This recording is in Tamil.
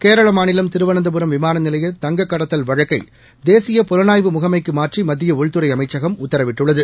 கேரள மாநிலம் திருவனந்தபுரம் விமான நிலைய தங்கக்கடத்தல் வழக்கை தேசிய புலனாய்வு முகமைக்கு மாற்றி மத்திய உள்துறை அமைச்சகம் உத்தரவிட்டுள்ளது